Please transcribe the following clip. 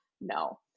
no